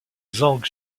zhang